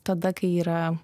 tada kai yra